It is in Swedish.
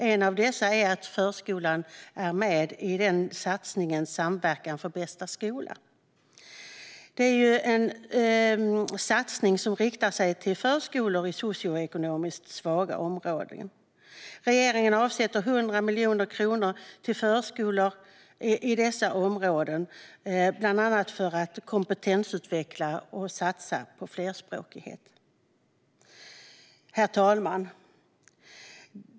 En av dessa är att förskolan är med i satsningen Samverkan för bästa skola. Det är en satsning som riktar sig till förskolor i socioekonomiskt svaga områden. Regeringen avsätter 100 miljoner kronor till förskolor i dessa områden bland annat för att kompetensutveckla och satsa på flerspråkighet. Herr talman!